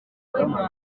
wenda